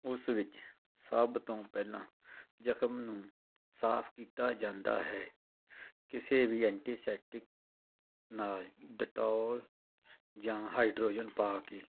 ਉਸ ਵਿੱਚ ਸਭ ਤੋਂ ਪਹਿਲਾਂ ਜਖਮ ਨੂੰ ਸਾਫ਼ ਕੀਤਾ ਜਾਂਦਾ ਹੈ ਕਿਸੇ ਵੀ ਐਂਟੀਸੈਪਟਿਕ ਨਾਲ ਡਿਟੋਲ ਜਾਂ ਹਾਈਡ੍ਰੋਜਨ ਪਾ ਕੇ